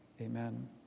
Amen